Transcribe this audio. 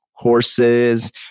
courses